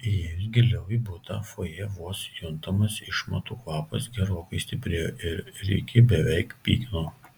įėjus giliau į butą fojė vos juntamas išmatų kvapas gerokai stiprėjo ir rikį beveik pykino